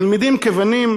תלמידים, כבנים,